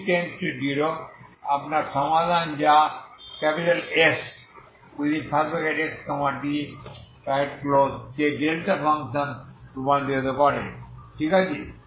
t→0 আপনার সমাধান যা Sxt কে ডেল্টা ফাংশনে রূপান্তরিত করে ঠিক আছে